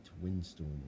windstorm